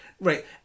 right